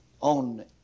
on